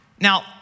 Now